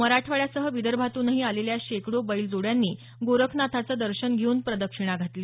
मराठवाड्यासह विदर्भातूनही आलेल्या शेकडो बैलजोड्यांनी गोरखनाथाचं दर्शन घेऊन प्रदक्षिणा घातली